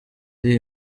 iri